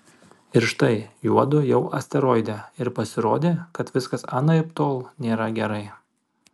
ir štai juodu jau asteroide ir pasirodė kad viskas anaiptol nėra gerai